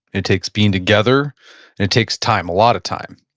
it takes being together and it takes time. a lot of time.